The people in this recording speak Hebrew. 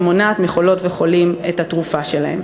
שמונעת מחולות וחולים את התרופה שלהם.